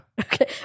Okay